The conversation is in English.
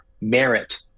merit